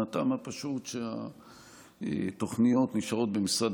מן הטעם הפשוט שהתוכניות נשארות במשרד